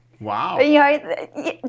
Wow